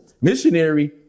Missionary